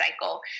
cycle